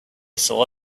saw